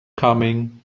coming